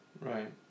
right